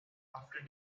after